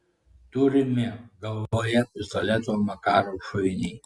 turimi galvoje pistoleto makarov šoviniai